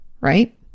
Right